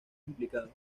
implicados